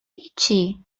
هیچی